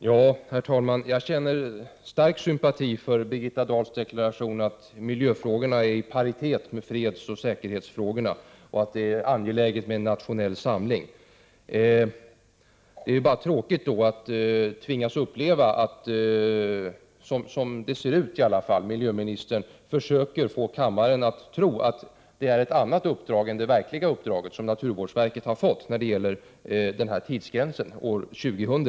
Herr talman! Jag känner stark sympati för Birgitta Dahls deklaration att miljöfrågorna är så viktiga att de är i paritet med fredsoch säkerhetsfrågorna och att det är angeläget med nationell samling. Det är då tråkigt att tvingas uppleva att det i alla fall ser ut som om miljöministern försöker få kammaren att tro att det är ett annat uppdrag än det verkliga uppdraget som naturvårdsverket fått när det gäller tidsgränsen år 2000.